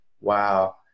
wow